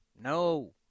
No